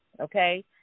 okay